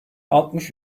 altmış